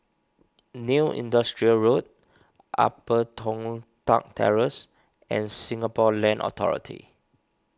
New Industrial Road Upper Toh Tuck Terrace and Singapore Land Authority